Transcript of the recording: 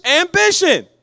ambition